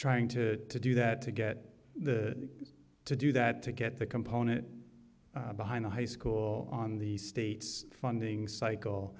trying to do that to get the to do that to get the component behind the high school on the state's funding cycle